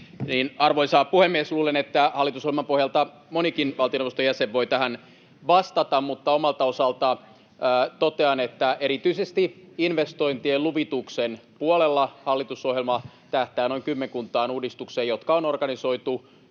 Arvoisa puhemies! Luulen, että hallitusohjelman pohjalta monikin valtioneuvoston jäsen voi tähän vastata, [Perussuomalaisten ryhmästä: Kaikki suunnilleen!] mutta omalta osaltani totean, että erityisesti investointien luvituksen puolella hallitusohjelma tähtää noin kymmenkuntaan uudistukseen, jotka on organisoitu